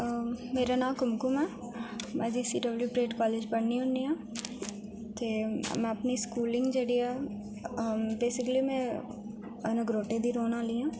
मेरा नांऽ कुमकुम ऐ मैं जी सी डव्ल्यू परेड पढ़नी होन्नी आं ते मैं अपनी स्कूलिंग जेह्ड़ी ऐ बेसिकली मैं नगरोटे दी रौह्न आह्लीं आं